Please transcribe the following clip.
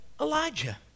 Elijah